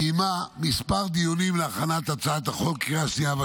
קיימה כמה דיונים להכנת הצעת החוק לקריאה השנייה והשלישית.